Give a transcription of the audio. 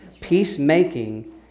Peacemaking